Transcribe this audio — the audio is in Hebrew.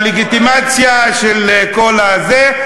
ראש הממשלה נתן את הלגיטימציה של כל זה.